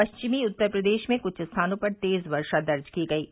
पश्चिमी उत्तर प्रदेश में कुछ स्थानों पर तेज वर्षा दर्ज की गयी